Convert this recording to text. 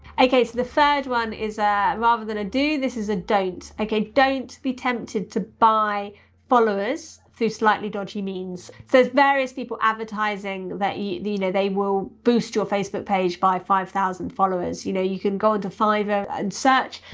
okay, so the third one is ah rather than a do, this is a don't. ok, don't be tempted to buy followers through slightly dodgy means. so various people advertising that, you know, they will boost your facebook page by five thousand followers. you know, you can go to fiverr and search,